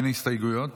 אין הסתייגויות,